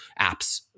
apps